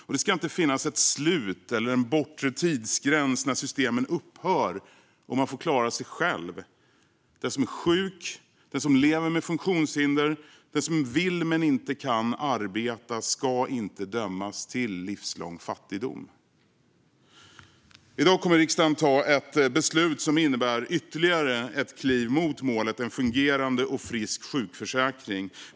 Det ska inte heller finnas ett slut eller en bortre tidsgräns när systemen upphör och man får klara sig själv. Den som är sjuk, den som lever med funktionshinder eller den som vill men inte kan arbeta ska inte dömas till livslång fattigdom. I dag kommer riksdagen att ta ett beslut som innebär ytterligare ett kliv mot målet om en fungerande och frisk sjukförsäkring.